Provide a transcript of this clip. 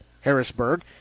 Harrisburg